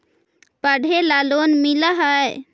पढ़े ला लोन मिल है?